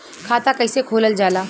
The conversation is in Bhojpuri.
खाता कैसे खोलल जाला?